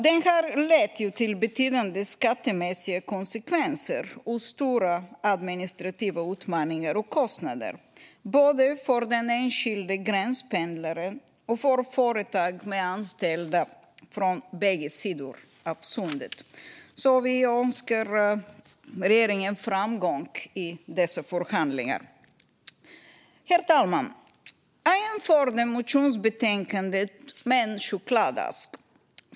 Den har lett till betydande skattemässiga konsekvenser och stora administrativa utmaningar och kostnader, både för den enskilde gränspendlaren och för företag med anställda från bägge sidor av Sundet. Vi önskar regeringen framgång i dessa förhandlingar. Herr talman! Jag jämförde motionsbetänkandet med en chokladask.